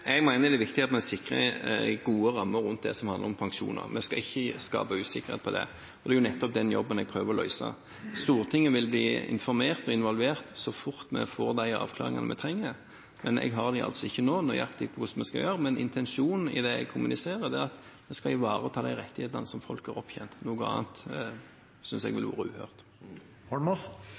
Jeg mener det er viktig at man sikrer gode rammer rundt det som handler om pensjoner, vi skal ikke skape usikkerhet om det. Det er nettopp den jobben jeg prøver å gjøre. Stortinget vil bli informert og involvert så fort vi får de avklaringene vi trenger. Jeg vet ikke nå nøyaktig hvordan vi skal gjøre det, men intensjonen i det jeg kommuniserer, er at vi skal ivareta de rettighetene som folk har opptjent – noe annet synes jeg ville vært uhørt.